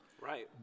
right